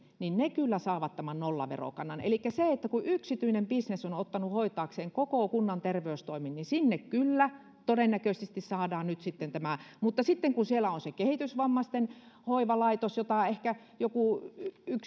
kyllä saavat tämän nollaverokannan elikkä kun yksityinen bisnes on on ottanut hoitaakseen koko kunnan terveystoimen niin sinne kyllä todennäköisesti saadaan nyt sitten tämä mutta sitten kun siellä on se kehitysvammaisten hoivalaitos jota ehkä joku